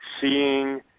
seeing